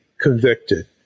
convicted